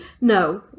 No